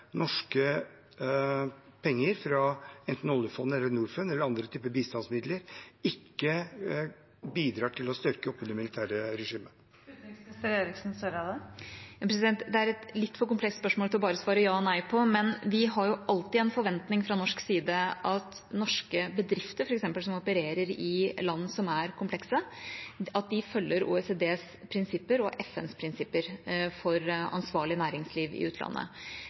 norske penger fra enten oljefondet eller Norfund, eller andre typer bistandsmidler, ikke bidrar til å styrke det militære regimet. Det er et litt for komplekst spørsmål til bare å svare ja eller nei på, men vi har jo alltid en forventning fra norsk side om at f.eks. norske bedrifter som opererer i land som er komplekse, følger OECDs prinsipper og FNs prinsipper for ansvarlig næringsliv i utlandet.